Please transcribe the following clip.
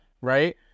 right